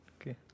Okay